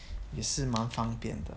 也是蛮方便的